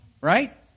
right